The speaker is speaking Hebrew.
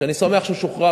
ואני שמח שהוא שוחרר,